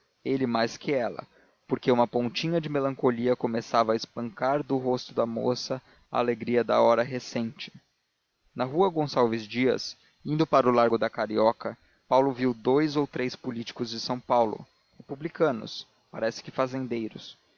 ele mais que ela porque uma pontinha de melancolia começava a espancar do rosto da moça a alegria da hora recente na rua gonçalves dias indo para o largo da carioca paulo viu dous ou três políticos de são paulo republicanos parece que fazendeiros